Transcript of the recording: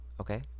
Okay